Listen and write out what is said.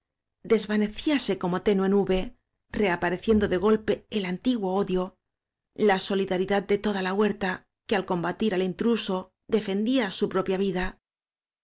desvanecíase como tenue nube reapareciendo de golpe el antiguo áñ odio la solidaridad de toda la huerta que al combatir al intruso defendía su propia vida